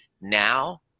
Now